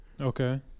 Okay